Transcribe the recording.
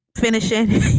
finishing